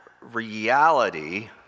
reality